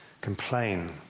complain